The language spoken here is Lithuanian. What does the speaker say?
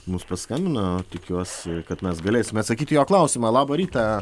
mus paskambino tikiuosi kad mes galėsime atsakyt į jo klausimą labą rytą